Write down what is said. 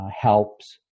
helps